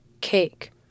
Cake